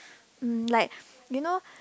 um like you know